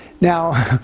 Now